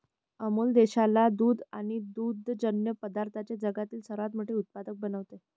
अमूल देशाला दूध आणि दुग्धजन्य पदार्थांचे जगातील सर्वात मोठे उत्पादक बनवते